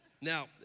Now